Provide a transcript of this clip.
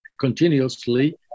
continuously